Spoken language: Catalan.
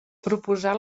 proposar